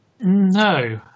No